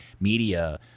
media